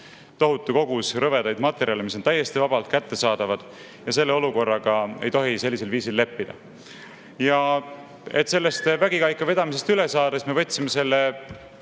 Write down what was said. tohutu kogus rõvedaid materjale, mis on ka täiesti vabalt kättesaadavad. Selle olukorraga ei tohi sellisel viisil leppida. Et sellest vägikaikavedamisest üle saada, võtsime me selle